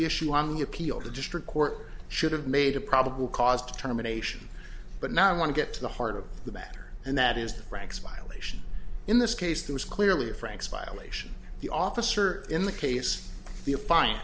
issue on the appeal the district court should have made a probable cause determination but now i want to get to the heart of the matter and that is that frank's violation in this case there was clearly afraid violation the officer in the case the affine